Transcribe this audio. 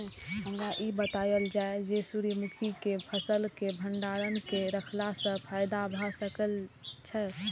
हमरा ई बतायल जाए जे सूर्य मुखी केय फसल केय भंडारण केय के रखला सं फायदा भ सकेय छल?